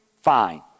fine